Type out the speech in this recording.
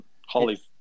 Holly